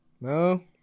No